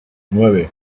nueve